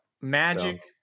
Magic